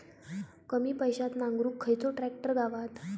कमी पैशात नांगरुक खयचो ट्रॅक्टर गावात?